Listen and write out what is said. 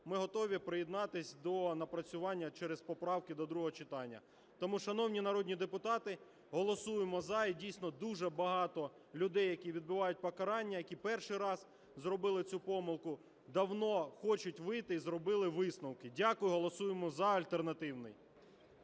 ми готові приєднатися до напрацювання через поправки до другого читання. Тому, шановні народні депутати, голосуємо "за", і дійсно дуже багато людей, які відбувають покарання, які перший раз зробили цю помилку, давно хочуть вийти і зробили висновки. Дякую. Голосуємо за альтернативний.